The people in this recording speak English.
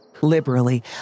liberally